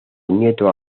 nieto